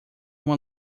uma